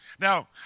Now